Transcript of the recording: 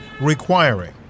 requiring